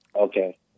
Okay